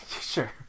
Sure